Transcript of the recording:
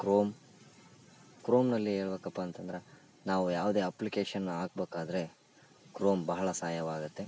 Chrome ಕ್ರೋಮ್ನಲ್ಲಿ ಹೇಳ್ಬೇಕಪ್ಪ ಅಂತಂದ್ರೆ ನಾವು ಯಾವುದೇ ಅಪ್ಲಿಕೇಶನನ್ನ ಹಾಕ್ಬಕಾದ್ರೆ ಕ್ರೋಮ್ ಬಹಳ ಸಹಾಯವಾಗತ್ತೆ